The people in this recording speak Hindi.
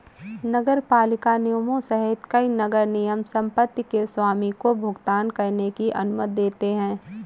नगरपालिका निगमों सहित कई नगर निगम संपत्ति के स्वामी को भुगतान करने की अनुमति देते हैं